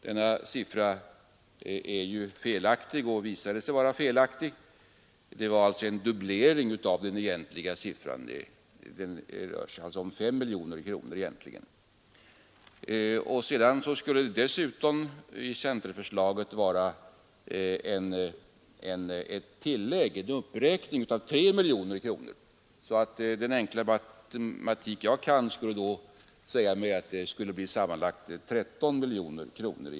Denna siffra har visat sig vara felaktig; den är en dubblering av den riktiga siffran. Det rör sig alltså egentligen om 5 miljoner kronor. Dessutom skulle det enligt centerförslaget vara en uppräkning med 3 miljoner kronor. Den enkla matematik jag kan säger mig att det då skulle bli 13 miljoner kronor.